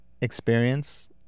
experience